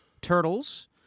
Turtles